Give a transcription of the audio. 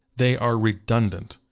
they are redundant.